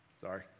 Sorry